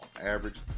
average